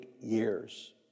years